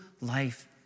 life